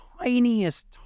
tiniest